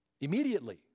Immediately